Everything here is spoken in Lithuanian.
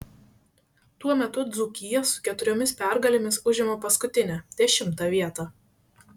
tuo metu dzūkija su keturiomis pergalėmis užima paskutinę dešimtą vietą